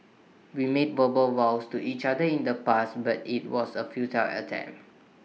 we made verbal vows to each other in the past but IT was A futile attempt